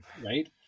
Right